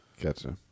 Gotcha